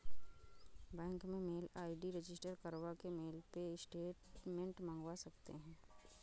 bank में mail ID register करवा के मेल पे स्टेटमेंट मंगवा सकते है